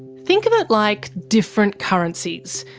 think of it like different currencies.